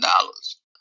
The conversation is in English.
dollars